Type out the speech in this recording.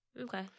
Okay